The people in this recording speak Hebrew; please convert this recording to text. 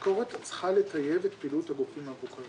הביקורת צריכה לטייב את פעילות הגופים הבוחרים.